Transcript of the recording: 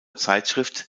zeitschrift